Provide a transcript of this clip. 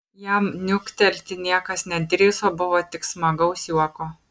jam niuktelti niekas nedrįso buvo tik smagaus juoko